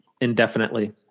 indefinitely